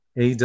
AW